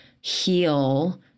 heal